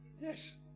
Yes